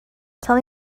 tell